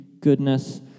goodness